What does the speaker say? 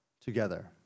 together